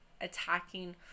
attacking